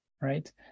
right